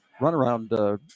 runaround